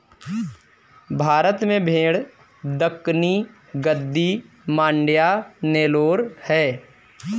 भारत में भेड़ दक्कनी, गद्दी, मांड्या, नेलोर है